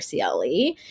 CLE